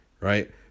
right